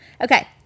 Okay